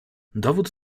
dowód